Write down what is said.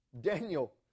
Daniel